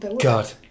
God